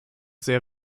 sehr